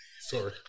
Sorry